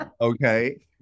Okay